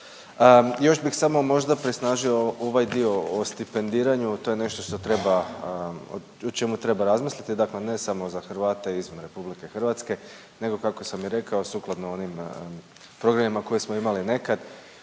Još bih samo možda prisnažio ovaj dio o stipendiranju. To je nešto što treba, o čemu treba razmisliti, dakle ne samo za Hrvate izvan RH nego kako sam i rekao sukladno onim programima koje smo imali nekad